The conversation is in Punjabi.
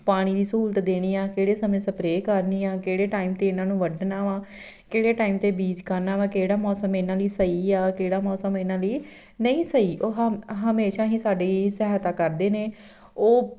ਪਾਣੀ ਦੀ ਸਹੂਲਤ ਦੇਣੀ ਆ ਕਿਹੜੇ ਸਮੇਂ ਸਪਰੇਅ ਕਰਨੀ ਆ ਕਿਹੜੇ ਟਾਈਮ 'ਤੇ ਇਹਨਾਂ ਨੂੰ ਵੱਢਣਾ ਵਾ ਕਿਹੜੇ ਟਾਈਮ 'ਤੇ ਬੀਜ ਕਰਨਾ ਵਾ ਕਿਹੜਾ ਮੌਸਮ ਇਹਨਾਂ ਲਈ ਸਹੀ ਆ ਕਿਹੜਾ ਮੌਸਮ ਇਹਨਾਂ ਲਈ ਨਹੀਂ ਸਹੀ ਉਹ ਹਨ ਹਮੇਸ਼ਾ ਹੀ ਸਾਡੀ ਸਹਾਇਤਾ ਕਰਦੇ ਨੇ ਉਹ